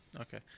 Okay